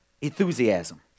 enthusiasm